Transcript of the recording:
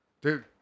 Dude